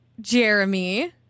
Jeremy